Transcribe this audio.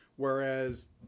Whereas